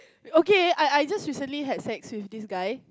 okay I I just recently had sex with this guy